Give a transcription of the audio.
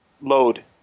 load